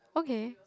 okay